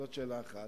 זו שאלה אחת.